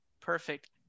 perfect